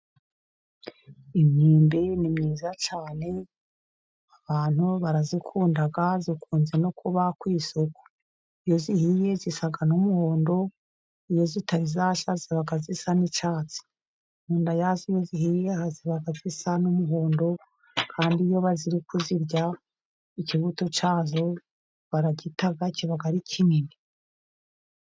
Imyembe ni myiza cyane abantu barayikunda, ikunze no kuba ku isoko iyo ihiye isa n'umuhondo, iyo itarashya iba isa n'icyatsi mu nda yayo iyo ihiye iba isa n'umuhondo, kandi iyo bari kuyirya ikibuto cyayo baragita kiba ari kinini.